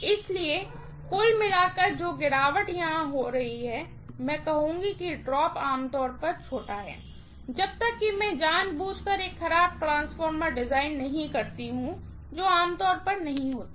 इसलिए कुल मिलाकर जो गिरावट यहां हो रही है मैं कहूँगी कि ड्रॉप आम तौर पर छोटा है जब तक कि मैं जानबूझकर एक खराब ट्रांसफार्मर डिजाइन नहीं करती हूँ जो आमतौर पर नहीं होता है